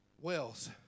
Wells